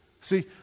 See